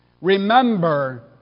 remember